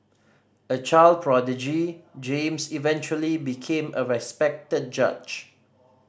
a child prodigy James eventually became a respected judge